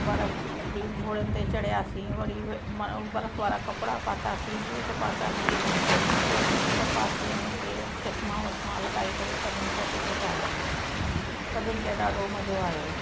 बर्फ़ु बि घोड़नि ते चड़ियासी वरी बर्फ़ु वारा कपिड़ा पातासी बूट पातासी जैकेटू वैकेटू सभु पातियूं ते चश्मा वश्मा लगाए करे सभिनि फ़ोटू खिचाया सभिनि खे ॾाढो मजो आयो